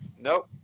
Nope